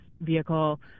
vehicle